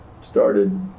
started